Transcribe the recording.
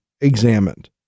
examined